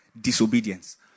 disobedience